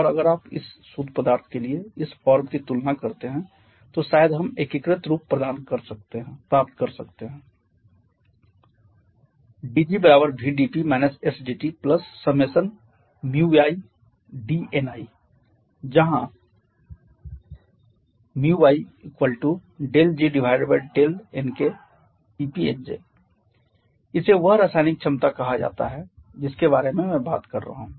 और अगर आप अब इस शुद्ध पदार्थ के लिए इस फॉर्म की तुलना करते हैं तो शायद हम एक एकीकृत रूप प्राप्त कर सकते हैं dGVdP SdTikki dni जहाँ iTPnj इसे वह रासायनिक क्षमता कहा जाता है जिसके बारे में मैं बात कर रहा हूं